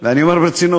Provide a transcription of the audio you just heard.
ואני אומר ברצינות.